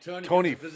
Tony